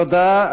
תודה.